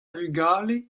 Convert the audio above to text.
vugale